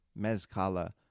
Mezcala